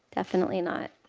definitely not.